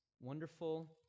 wonderful